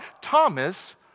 Thomas